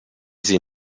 sie